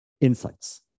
insights